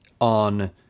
on